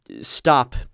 stop